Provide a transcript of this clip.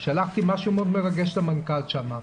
שלחתי משהו מאוד מרגש למנכ"ל שם.